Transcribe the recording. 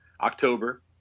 October